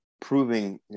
proving